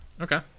okay